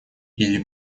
или